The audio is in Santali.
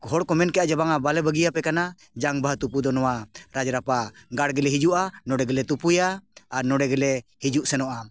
ᱦᱚᱲ ᱠᱚ ᱢᱮᱱ ᱠᱮᱫᱼᱟ ᱡᱮ ᱵᱟᱝ ᱵᱟᱞᱮ ᱵᱟᱹᱜᱤᱭᱟᱯᱮ ᱠᱟᱱᱟ ᱡᱟᱝ ᱵᱟᱦᱟ ᱛᱩᱯᱩ ᱫᱚ ᱱᱚᱣᱟ ᱨᱟᱡᱽ ᱨᱟᱯᱯᱟ ᱜᱟᱲ ᱜᱮᱞᱮ ᱦᱤᱡᱩᱜᱼᱟ ᱱᱚᱰᱮ ᱜᱮᱞᱮ ᱛᱩᱯᱩᱭᱟ ᱟᱨ ᱱᱚᱰᱮ ᱜᱮᱞᱮ ᱦᱤᱡᱩᱜ ᱥᱮᱱᱚᱜᱼᱟ